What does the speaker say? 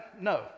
No